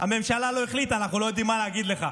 הממשלה לא החליטה, אנחנו לא יודעים מה להגיד לך.